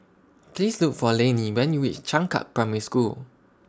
Please Look For Lanie when YOU REACH Changkat Primary School